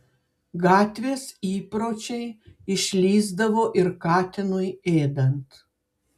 gatvės įpročiai išlįsdavo ir katinui ėdant